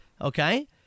Okay